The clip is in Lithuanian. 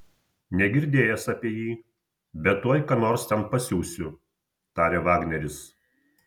negirdėjęs apie jį bet tuoj ką nors ten pasiųsiu tarė vagneris